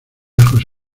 lejos